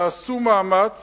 תעשו מאמץ